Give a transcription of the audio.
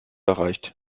erreicht